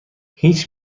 هیچ